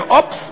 ואופס,